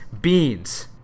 beans